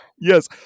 Yes